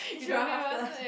eh should run faster